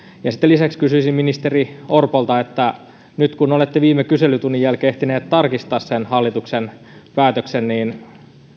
lisäksi kysyisin ministeri orpolta nyt kun olette viime kyselytunnin jälkeen ehtinyt tarkistaa sen hallituksen päätöksen niin